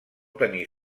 tenir